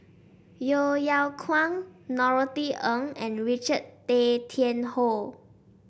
Yeo Yeow Kwang Norothy Ng and Richard Tay Tian Hoe